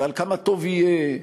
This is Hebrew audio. ועל כמה טוב יהיה,